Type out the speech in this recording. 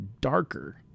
darker